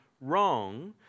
wrong